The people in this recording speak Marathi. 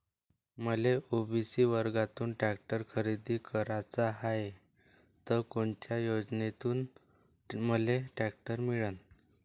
मले ओ.बी.सी वर्गातून टॅक्टर खरेदी कराचा हाये त कोनच्या योजनेतून मले टॅक्टर मिळन?